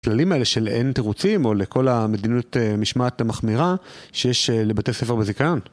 כללים האלה של אין תירוצים, או לכל המדיניות משמעת המחמירה, שיש לבתי ספר בזיכיון.